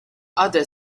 other